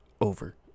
over